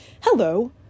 Hello